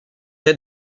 aide